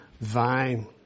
vine